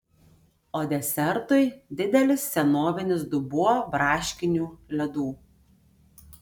o desertui didelis senovinis dubuo braškinių ledų